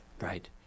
Right